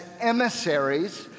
emissaries